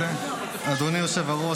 אדוני היושב-ראש,